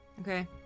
Okay